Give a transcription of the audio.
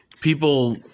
people